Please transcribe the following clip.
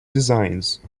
designs